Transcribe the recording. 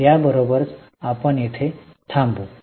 याबरोबरच आपण येथे थांबू